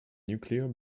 nuclear